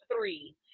Three